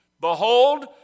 Behold